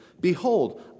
Behold